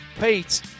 Pete